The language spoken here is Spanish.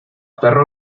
perro